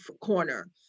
corner